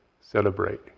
celebrate